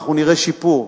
אנחנו נראה שיפור,